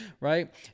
right